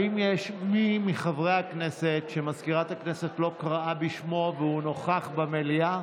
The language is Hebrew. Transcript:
האם יש מי מחברי הכנסת שמזכירת הכנסת לא קראה בשמו והוא נוכח במליאה?